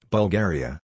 Bulgaria